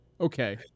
okay